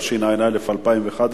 התשע"א 2011,